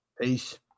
Peace